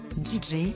DJ